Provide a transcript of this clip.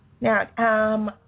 Now